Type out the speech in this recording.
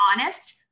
honest